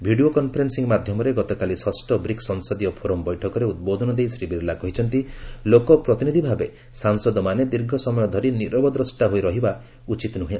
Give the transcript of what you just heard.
video conferencing ମାଧ୍ୟମରେ ଗତକାଲି ଷଷ୍ଠ ବ୍ରିକ୍ସ ସଂସଦୀୟ ଫୋରମ ବୈଠକରେ ଉଦ୍ବୋଧନ ଦେଇ ଶ୍ରୀ ବିର୍ଲା କହିଛନ୍ତି ଲୋକପ୍ରତିନିଧି ଭାବେ ସାସଂଦମାନେ ଦୀର୍ଘସମୟ ଧରି ନିରବଦ୍ରଷ୍ଟା ହୋଇର ରହିବା ଉଚିତ ନୁର୍ହେ